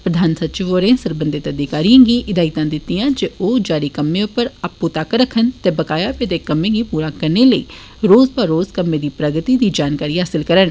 प्रधान सचिव होरें सरबंधत अधिकारिएं गी हिदायतां दित्तिआं जे ओह जारी कम्में उप्पर आपूं तक्क रक्खन ते बकाया पेदे कम्में गी प्रा करने लेई रोज ब रोज कम्में दी प्रगति दी जानकारी हासल करन